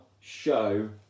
show